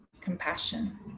compassion